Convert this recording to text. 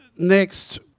Next